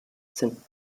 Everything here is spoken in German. sind